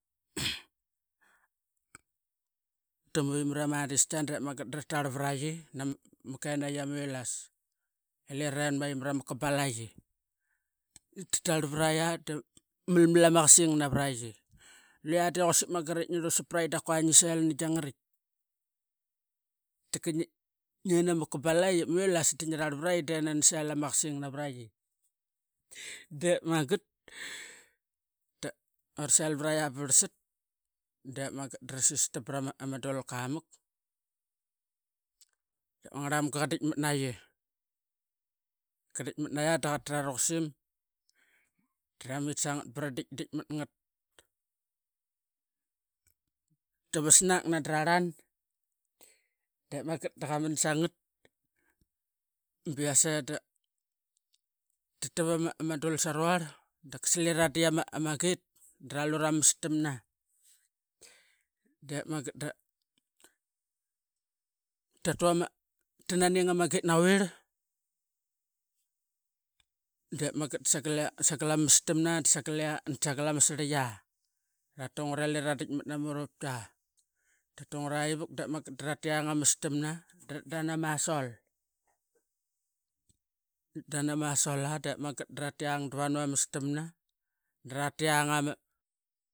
Diski depmanget dratar varaqi nama kenayi. Ama vilar ilira renmaqi marama kabalaqi tatr veriyi da malmal ama qasing na veraqi luqia de quasik manget ip rusap praqi dap qua ngisel veraqi katika ngian ama kabalaqi ima verlas dinirar veraqi de nani sel ama qasing naveraqi dep manget dorasel veraqi baversat dep manget drasistam vara mama dulkamak dap mangar mamga qadiatmat naqi. Dadiatmat naqi daqatat araqusim dram bara ditdit matngat tama saak nadararan depmangat daqaman sangat bi yas ee tatave dul sarvar dap kasliraqa dit ama git dralura ma mastamna da sangal ama slrik lungure lira raditmat nama murupki, dep manget dratiang ama mastamna depmangat dratdan ama salt tatdan ama salt depmanget dratiang davanu ama mastamna dratiang ama.